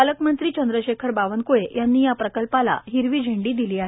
पालकमंत्री चंद्रशेखर बावनकुळे यांनी या प्रकल्पाला हिरवी स्रेंडी दिली आहे